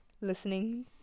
listening